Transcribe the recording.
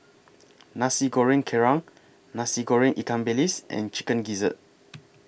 Nasi Goreng Kerang Nasi Goreng Ikan Bilis and Chicken Gizzard